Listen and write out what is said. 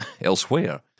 elsewhere